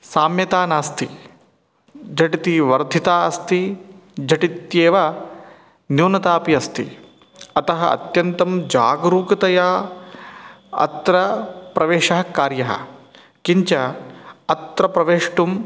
साम्यता नास्ति झटिति वर्धिता अस्ति झटित्येव न्यूनता अपि अस्ति अतः अत्यन्तं जागरूकतया अत्र प्रवेशः कार्यः किञ्च अत्र प्रवेष्टुम्